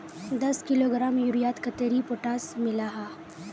दस किलोग्राम यूरियात कतेरी पोटास मिला हाँ?